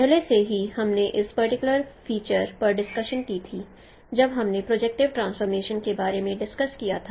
पहले से ही हमने इस पर्टिकुलर फीचर् पर डिस्कशन की थी जब हमने प्रोजेप्क्टिव ट्रांसफॉर्मेशन के बारे में डिस्कस किया था